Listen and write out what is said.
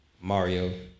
Mario